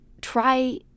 try